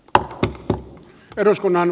tätä ja eduskunnan